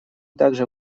также